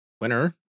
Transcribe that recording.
winner